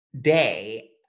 day